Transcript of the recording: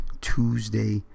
Tuesday